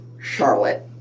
Charlotte